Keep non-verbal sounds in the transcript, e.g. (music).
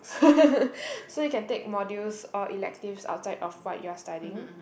(laughs) so you can take modules or electives outside of what you're studying